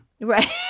Right